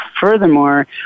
Furthermore